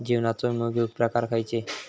जीवनाचो विमो घेऊक प्रकार खैचे?